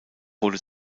wurde